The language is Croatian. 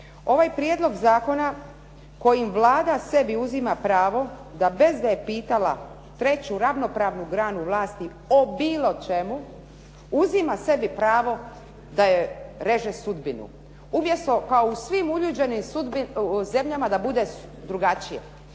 Ovaj prijedlog zakona kojim Vlada sebi uzima pravo da bez da je pitala treću ravnopravnu granu vlasti o bilo čemu uzima sebi pravo da joj reže sudbinu. Umjesto kao u svim uređenim zemljama da bude drugačije.